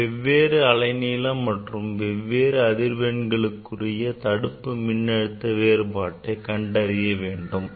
நாம் வெவ்வேறு அலைநீளம் அல்லது வெவ்வேறு அதிர்வு எண்களுக்குரிய தடுப்பு மின்னழுத்த வேறுபாட்டை கண்டறிய வேண்டும்